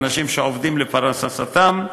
אלא באנשים שעובדים לפרנסתם.